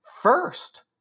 first